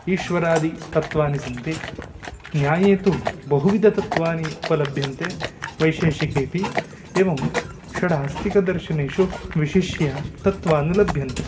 ईश्वरादि तत्वानि सन्ति न्याये तु बहुविधतत्वानि उपलभ्यन्ते वैशेषिकेपि एवं षडास्तिकदर्शनेषु विशिष्य तत्वानि लभ्यन्ते